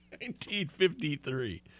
1953